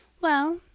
Well